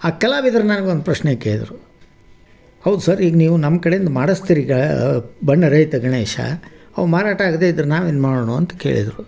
ಆ ಕಲಾವಿದರು ನನಗೊಂದು ಪ್ರಶ್ನೆ ಕೇಳಿದರು ಹೌದು ಸರ್ ಈಗ ನೀವು ನಮ್ಮ ಕಡೆಯಿಂದ ಮಾಡಿಸ್ತಿರಿ ಬಣ್ಣರಹಿತ ಗಣೇಶ ಅವು ಮಾರಾಟ ಆಗ್ದೆ ಇದ್ರೆ ನಾವೇನು ಮಾಡೋಣ ಅಂತ ಕೇಳಿದರು